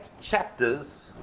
chapters